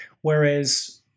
whereas